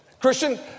Christian